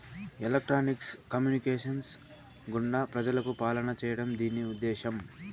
electronics communications గుండా ప్రజలకు పాలన చేయడం దీని ఉద్దేశం